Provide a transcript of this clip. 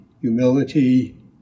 humility